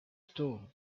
stone